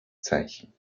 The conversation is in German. zeichen